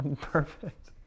Perfect